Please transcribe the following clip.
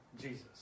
Jesus